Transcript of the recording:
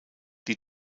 die